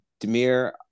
Demir